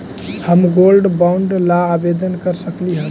हम gold bond ला आवेदन कर सकली हे?